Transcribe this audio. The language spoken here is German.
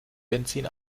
benzin